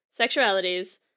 sexualities